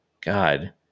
God